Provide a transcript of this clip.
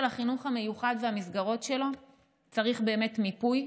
החינוך המיוחד והמסגרות שלו צריך באמת מיפוי,